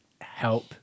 help